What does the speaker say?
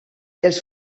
els